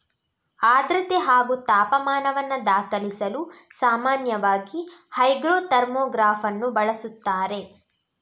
ಆರ್ದ್ರತೆ ಹಾಗೂ ತಾಪಮಾನವನ್ನು ದಾಖಲಿಸಲು ಸಾಮಾನ್ಯವಾಗಿ ಹೈಗ್ರೋ ಥರ್ಮೋಗ್ರಾಫನ್ನು ಬಳಸುತ್ತಾರೆ